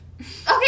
Okay